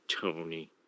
tony